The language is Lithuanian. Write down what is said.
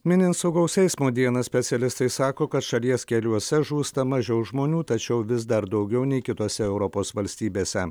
minint saugaus eismo dieną specialistai sako kad šalies keliuose žūsta mažiau žmonių tačiau vis dar daugiau nei kitose europos valstybėse